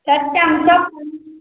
चच्चा हम सब कू